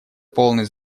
полный